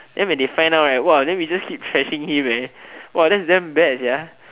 then when they find out right !wah! then we just keep trashing him eh !wah! that's damn bad sia